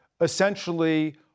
essentially